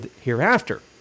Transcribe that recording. hereafter